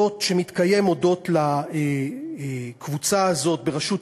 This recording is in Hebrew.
שמתקיים הודות לקבוצה הזאת בראשות